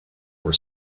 were